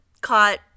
caught